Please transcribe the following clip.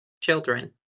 children